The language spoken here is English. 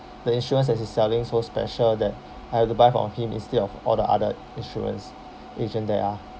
the insurance that he's selling so special that I have to buy from him instead of all the other insurance agent there are